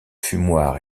fumoir